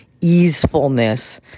easefulness